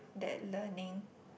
that learning